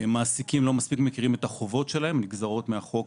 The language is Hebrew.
מעסיקים לא מספיק מכירים את החובות שלהם שנגזרות בחוק.